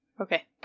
Okay